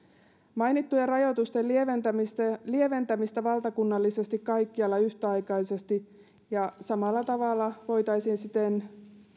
mainittujen rajoitusten lieventämistä lieventämistä valtakunnallisesti kaikkialla yhtäaikaisesti ja samalla tavalla voitaisiin siten